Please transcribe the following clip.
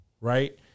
right